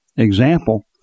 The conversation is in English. Example